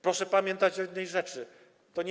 Proszę pamiętać o jednej rzeczy: to nie